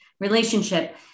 relationship